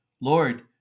Lord